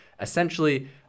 essentially